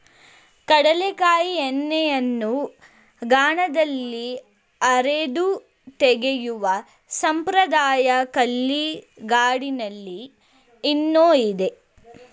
ಕಡಲೆಕಾಯಿ ಎಣ್ಣೆಯನ್ನು ಗಾಣದಲ್ಲಿ ಅರೆದು ತೆಗೆಯುವ ಸಂಪ್ರದಾಯ ಹಳ್ಳಿಗಾಡಿನಲ್ಲಿ ಇನ್ನೂ ಇದೆ